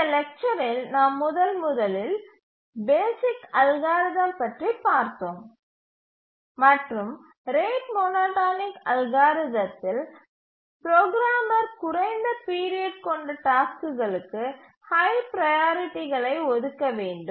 இந்த லெக்சரில் நாம் முதலில் பேசிக் அல்காரிதம் பற்றி பார்த்தோம் மற்றும் ரேட் மோனோடோனிக் அல்காரிதத்தில் புரோகிராமர் குறைந்த பீரியட் கொண்ட டாஸ்க்குகளுக்கு ஹை ப்ரையாரிட்டிகளை ஒதுக்க வேண்டும்